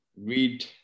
read